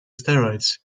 steroids